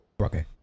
Okay